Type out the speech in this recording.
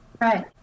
Right